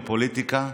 בפוליטיקה.